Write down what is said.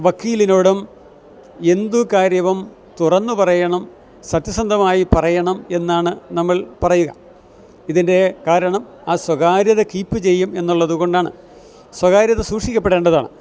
വക്കീലിനോടും എന്ത കാര്യവും തുറന്ന് പറയണം സത്യസന്ധമായി പറയണം എന്നാണ് നമ്മൾ പറയുക ഇതിൻ്റെ കാരണം ആ സ്വകാര്യത കീപ്പ് ചെയ്യും എന്നുള്ളത് കൊണ്ടാണ് സ്വകാര്യത സൂക്ഷിക്കപ്പെടേണ്ടതാണ്